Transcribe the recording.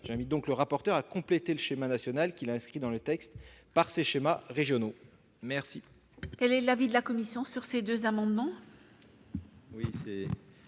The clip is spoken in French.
J'invite donc M. le rapporteur à compléter le schéma national qu'il a inscrit dans le texte par ces schémas régionaux. Quel